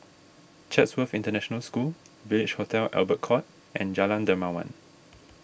Chatsworth International School Village Hotel Albert Court and Jalan Dermawan